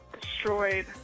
destroyed